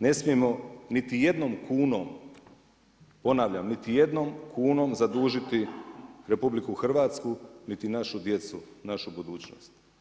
ne smijemo niti jednom kunom, ponavljam niti jednom kunom zadužiti RH, niti našu djecu, našu budućnost.